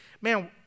man